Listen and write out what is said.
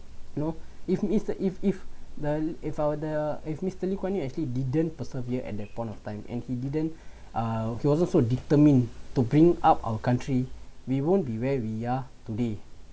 you know if it's if if the if uh the if mister lee kuan yew actually didn't persevere at that point of time and he didn't uh he also so determined to bring up our country we won't be where we are today